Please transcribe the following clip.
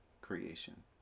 creation